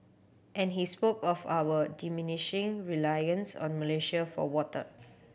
and he spoke of our diminishing reliance on Malaysia for water